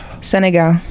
Senegal